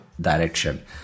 direction